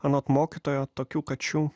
anot mokytojo tokių kačių